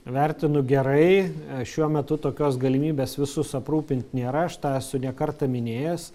vertinu gerai šiuo metu tokios galimybės visus aprūpint nėra aš tą esu ne kartą minėjęs